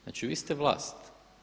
Znači, vi ste vlast.